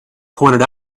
pointed